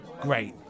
Great